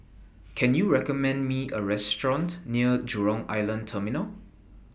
Can YOU recommend Me A Restaurant near Jurong Island Terminal